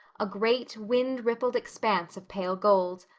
a great, windrippled expanse of pale gold.